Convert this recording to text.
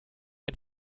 wir